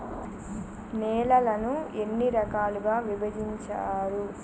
నేలలను ఎన్ని రకాలుగా విభజించారు?